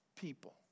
people